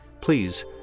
please